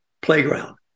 playground